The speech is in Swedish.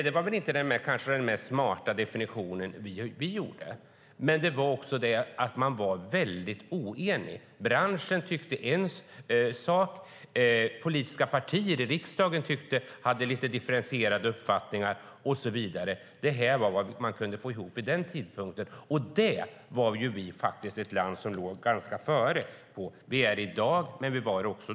Det var kanske inte den mest smarta definitionen vi gjorde, men man var också mycket oenig. Branschen tyckte en sak, politiska partier i riksdagen hade lite differentierade uppfattningar och så vidare. Detta var vad man kunde få ihop vid den tidpunkten, och vi var faktiskt ett land som låg före när det gäller detta. Det är vi i dag, men vi var det då också.